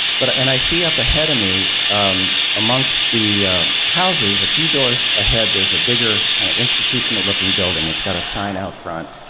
but and i see up ahead of me um amongst the houses, a few doors ahead, there's a bigger, kind of institutional-looking building. it's got a sign out front,